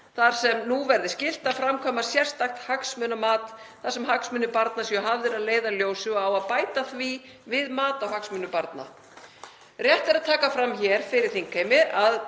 þar sem nú verði skylt að framkvæma sérstakt hagsmunamat þar sem hagsmunir barna séu hafðir að leiðarljósi og á að bæta því við mat á hagsmunum barna. Rétt er að taka fram hér fyrir þingheimi að